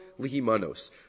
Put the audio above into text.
lihimanos